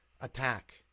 attack